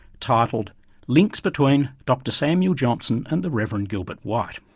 titled links between dr. samuel johnson and the rev. and gilbert white.